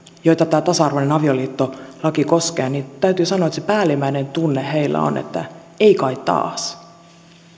joita tämä tasa arvoinen avioliittolaki koskee niin täytyy sanoa että se päällimmäinen tunne heillä on että ei kai taas